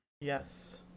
Yes